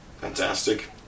Fantastic